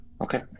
okay